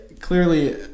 clearly